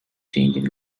changing